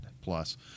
Plus